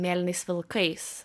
mėlynais vilkais